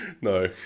No